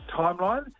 timeline